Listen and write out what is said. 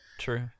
True